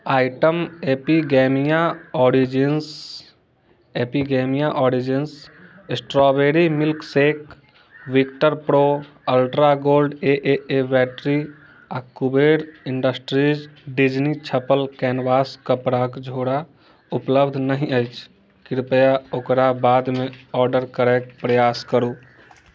item Epigamia Origins Epigamia Origins strawberry milkshake Victor Pro ultra gold A A A battery आओर Kuber industries Disney छपल canvas कपड़ाके झोरा उपलब्ध नहि अछि कृपया ओकरा बादमे ऑडर करैके प्रयास करू